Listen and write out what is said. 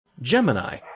Gemini